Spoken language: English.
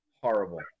horrible